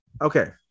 Okay